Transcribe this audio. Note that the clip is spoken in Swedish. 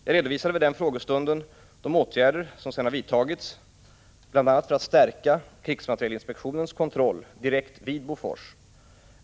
Jag redovisade vid den frågestunden de åtgärder som vidtagits för att bl.a. stärka krigsmaterielinspektionens kontroll direkt vid Bofors.